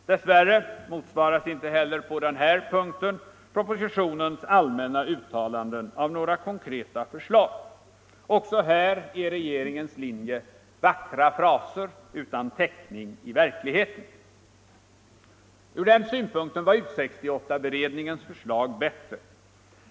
Dess värre motsvaras inte heller på den här punkten propositionens allmänna uttalanden av några konkreta förslag — också här är regeringens linje vackra fraser utan täckning i verkligheten. Ur den synpunkten var U 68-beredningens förslag bättre.